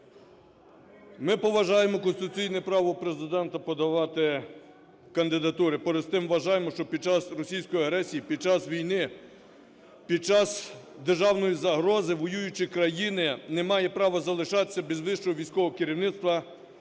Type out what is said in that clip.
Ми поважаємо конституційне право Президента подавати кандидатури. Поряд з тим, вважаємо, що під час російської агресії, під час війни, під час державної загрози воююча країна не має права залишатися без вищого військового керівництва,